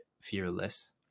fearless